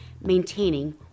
maintaining